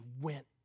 went